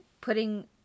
putting